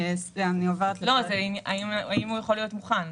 השאלה האם הוא יכול להיות מוכן.